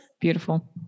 Beautiful